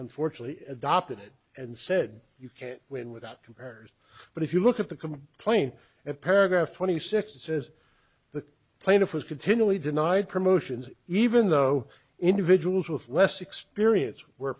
unfortunately adopted it and said you can't win without compares but if you look at the complaint of paragraph twenty six it says the plaintiff was continually denied promotions even though individuals with less experience were